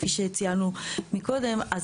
כפי שציינו מקודם,